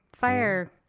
fire